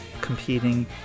competing